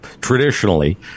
traditionally